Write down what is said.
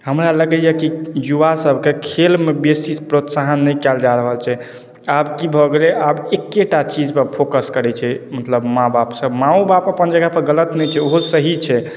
हमरा लगैए कि युवा सभके खेलमे बेसी प्रोत्साहन नहि कयल जा रहल छै आब की भऽ गेलै हे आब एक्के टा चीजपर फोकस करैत छै मतलब माँ बापसभ माँओ बाप अपना जगहपर गलत नहि छै ओहो सही छै